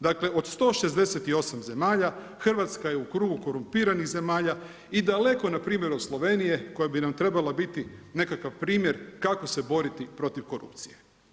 Dakle od 168 zemalja, Hrvatska je u krugu korumpiranih zemalja i daleko na primjeru od Slovenije koja bi nam trebala biti nekakav primjer kako se boriti protiv korupcije.